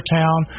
town